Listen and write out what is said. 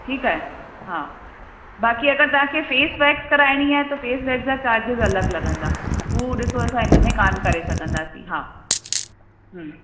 ठीकु आहे हा बाक़ी अगरि तव्हांखे फ़ेस वेक्स कराइणी आहे त फ़ेस वेक्स जा चार्ज़िस अलॻि लॻंदा हू ॾिसो असां हिन में कान करे सघंदासीं हा हम्म